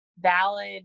valid